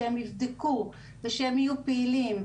יבדקו ויהיו פעילים.